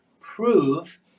prove